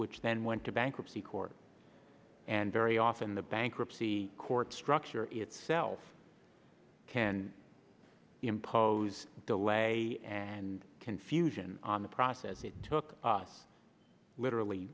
which then went to bankruptcy court and very often the bankruptcy court structure itself can impose a delay and confusion on the process it took us literally